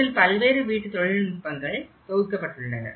இதில் பல்வேறு வீட்டு தொழில்நுட்பங்கள் தொகுக்கப்பட்டுள்ளன